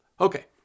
Okay